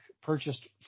purchased